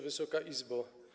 Wysoka Izbo!